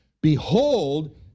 Behold